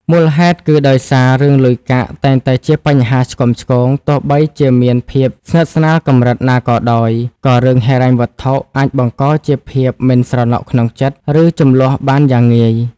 មូលហេតុគឺដោយសារ រឿងលុយកាក់តែងតែជាបញ្ហាឆ្គាំឆ្គង ទោះបីជាមានភាពស្និទ្ធស្នាលកម្រិតណាក៏ដោយ ក៏រឿងហិរញ្ញវត្ថុអាចបង្កជាភាពមិនស្រណុកក្នុងចិត្ត ឬជម្លោះបានយ៉ាងងាយ។